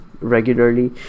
regularly